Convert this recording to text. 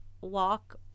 walk